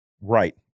Right